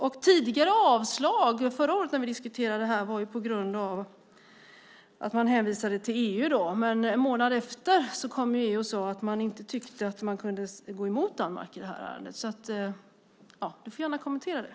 När vi diskuterade det här förra året berodde avslaget på att man hänvisade till EU. En månad senare kom EU och sade att man inte tyckte att man kunde gå emot Danmark i ärendet. Du får gärna kommentera det.